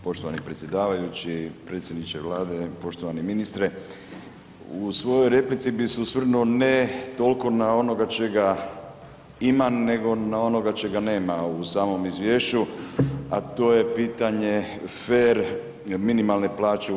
Poštovani predsjedavajući, predsjedniče Vlade, poštovani ministre u svojoj replici bi se osvrnuo ne toliko na ono čega ima nego na ono čega nema u samom izvješću, a to je pitanje fer minimalne plaće u EU.